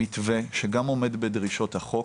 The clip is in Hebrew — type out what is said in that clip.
מתווה שגם עומד בדרישות החוק